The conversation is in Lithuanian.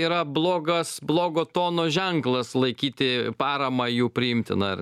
yra blogas blogo tono ženklas laikyti paramą jų priimtina ar